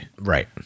Right